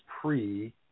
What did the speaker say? pre